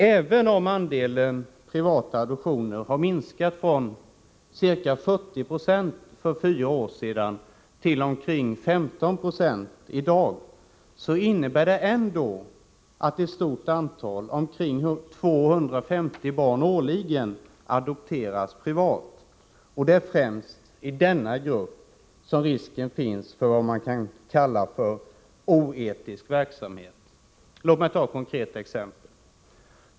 Även om andelen privata adoptioner har minskat från ca 40 96 för fyra år sedan till omkring 15 96 i dag, innebär det ändå att ett stort antal, omkring 250 barn i år, adopteras privat. Och det är främst inom denna grupp som risken finns för vad man kanske kan kalla för oetisk verksamhet. Låt mig ta ett konkret exempel.